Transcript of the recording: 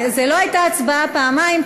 לא הייתה הצבעה פעמיים.